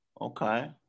Okay